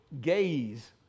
gaze